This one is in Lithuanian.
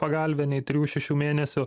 pagalvė nei trijų šešių mėnesių